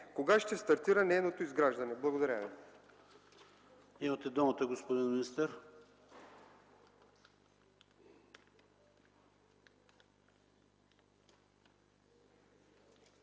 кога ще стартира нейното изграждане? Благодаря